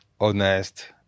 honest